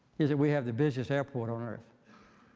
is that we have the busiest airport on earth.